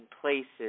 places